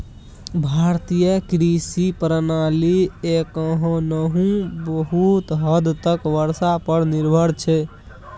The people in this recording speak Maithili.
भारतीय कृषि प्रणाली एखनहुँ बहुत हद तक बर्षा पर निर्भर छै